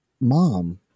mom